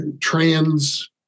trans